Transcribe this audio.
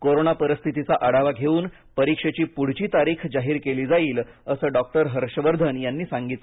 corona परिस्थितीचा आढावा घेऊन परीक्षेची पुढची तारीख जाहीर केली जाईल असं डॉ हर्ष वर्धन यांनी सांगितलं